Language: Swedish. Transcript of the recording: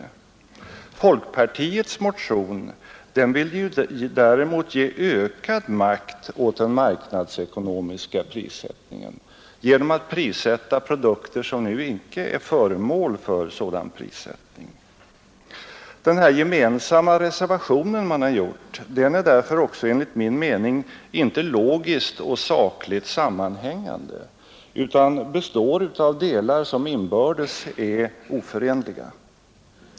De folkpartistiska motionärerna vill däremot ge ökad makt åt den marknadsekonomiska prissättningen genom att prissätta produkter som nu icke är föremål för prissättning. Den gemensamma reservationen är därför enligt min mening inte logiskt och sakligt sammanhängande utan består av delar som inbördes är oförenliga.